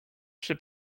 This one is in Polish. przy